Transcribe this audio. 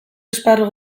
esparru